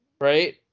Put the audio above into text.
Right